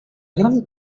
gran